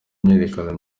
imyiyerekano